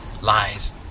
lies